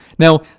Now